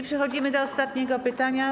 Przechodzimy do ostatniego pytania.